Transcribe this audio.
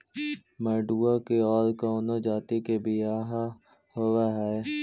मडूया के और कौनो जाति के बियाह होव हैं?